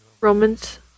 Romans